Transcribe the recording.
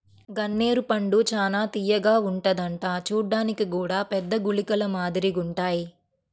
గన్నేరు పండు చానా తియ్యగా ఉంటదంట చూడ్డానికి గూడా పెద్ద గుళికల మాదిరిగుంటాయ్